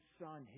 son